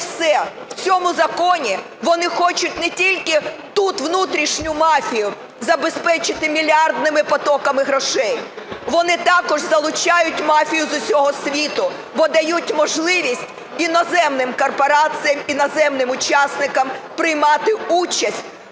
вони хочуть не тільки тут внутрішню мафію забезпечити мільярдними потоками грошей, вони також залучають мафію з усього світу, бо дають можливість іноземним корпораціям, іноземним учасникам приймати участь